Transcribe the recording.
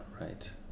Right